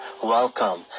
Welcome